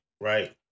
right